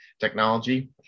technology